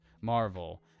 Marvel